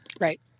Right